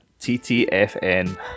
TTFN